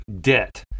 debt